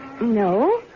No